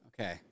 Okay